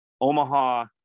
Omaha